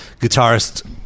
guitarist